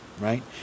right